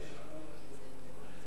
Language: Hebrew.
אדוני היושב-ראש?